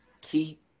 keep